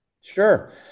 Sure